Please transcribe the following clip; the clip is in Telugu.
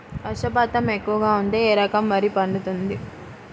వర్షపాతం ఎక్కువగా ఉంటే ఏ రకం వరి పండుతుంది?